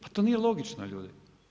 Pa to nije logično ljudi.